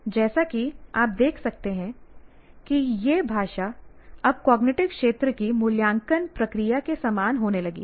जैसा कि आप देख सकते हैं कि यह भाषा अब कॉग्निटिव क्षेत्र की मूल्यांकन प्रक्रिया के समान होने लगी है